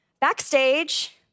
Backstage